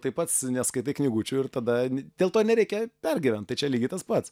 tai pats neskaitai knygučių ir tada dėl to ir nereikia pergyvent tai čia lygiai tas pats